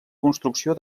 construcció